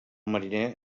mariner